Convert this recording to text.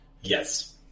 Yes